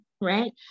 right